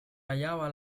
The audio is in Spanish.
hallaba